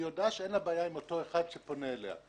היא מודיעה שאין לה בעיה עם אותו אחד שפונה אליה.